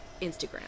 Instagram